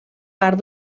part